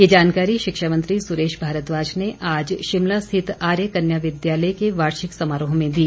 ये जानकारी शिक्षा मंत्री सुरेश भारद्वाज ने आज शिमला स्थित आर्य कन्या विद्यालय के वार्षिक समारोह में दी